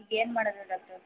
ಈಗ ಏನು ಮಾಡೋದು ಡಾಕ್ಟರ್